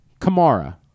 Kamara